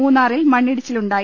മൂന്നാറിൽ മണ്ണിടിച്ചിലുണ്ടായി